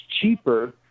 cheaper